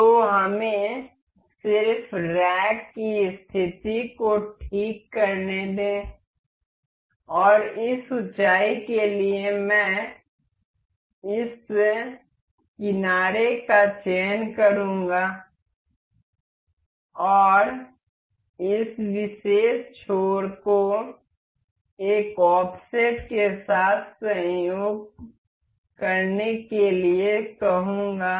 तो हमें सिर्फ रैक की स्थिति को ठीक करने दें और इस ऊंचाई के लिए मैं इस किनारे का चयन करूंगा और इस विशेष छोर को एक ऑफसेट के साथ संयोग करने के लिए कहूंगा